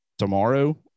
tomorrow